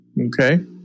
Okay